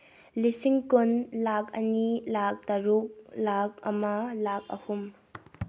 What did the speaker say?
ꯂꯤꯁꯤꯡ ꯀꯨꯟ ꯂꯥꯛ ꯑꯅꯤ ꯂꯥꯛ ꯇꯔꯨꯛ ꯂꯥꯛ ꯑꯃ ꯂꯥꯛ ꯑꯍꯨꯝ